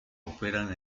operan